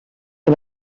que